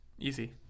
easy